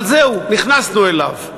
אבל זהו, נכנסנו אליו.